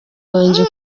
wanjye